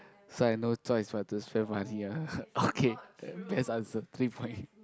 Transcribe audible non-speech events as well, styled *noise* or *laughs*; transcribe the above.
so I no choice but to spend money here *laughs* okay best answer three point